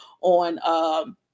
on